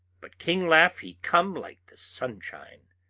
but king laugh he come like the sunshine,